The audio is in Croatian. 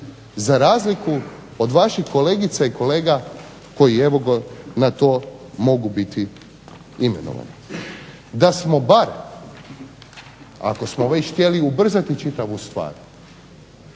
za razliku od vaših kolegica i kolega koji evo ga na to mogu biti imenovani. Da smo bar ako smo već htjeli ubrzati čitavu stvar